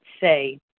say